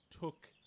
took